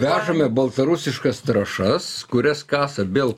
vežame baltarusiškas trąšas kurias kasa bel